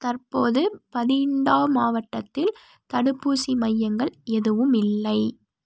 தற்போது பதிண்டா மாவட்டத்தில் தடுப்பூசி மையங்கள் எதுவும் இல்லை